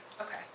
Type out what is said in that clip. Okay